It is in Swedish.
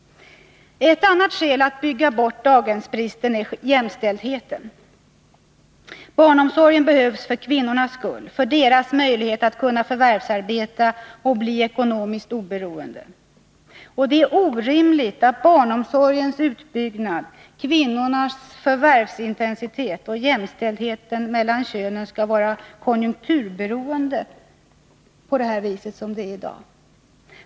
Ett annat skäl att bygga bort daghemsbristen är jämställdheten. Barnomsorg behövs för kvinnornas skull — för deras möjlighet att förvärvsarbeta och bli ekonomiskt oberoende. Det är orimligt att barnomsorgens utbyggnad, kvinnornas förvärvsintensitet och jämställdheten mellan könen skall vara konjunkturberoende på det sätt som det är i dag.